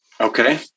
Okay